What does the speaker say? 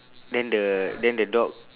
then the then the dog